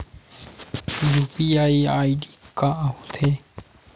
UPI ID का होथे?